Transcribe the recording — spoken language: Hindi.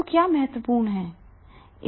तो क्या महत्वपूर्ण है